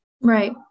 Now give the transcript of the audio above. Right